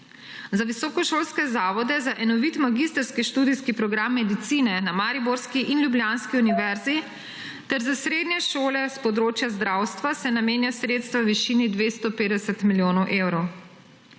Za visokošolske zavode za enovit magistrski študijski program medicine na mariborski in ljubljanski univerzi ter za srednje šole s področja zdravstva se namenjajo sredstva v višini 250 milijonov evrov.